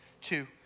two